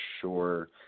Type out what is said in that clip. sure